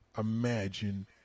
imagine